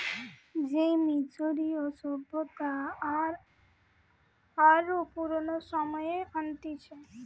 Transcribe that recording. সে মিশরীয় সভ্যতা আর আরো পুরানো সময়ে হয়ে আনতিছে